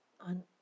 on